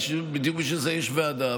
בדיוק בשביל זה יש ועדה,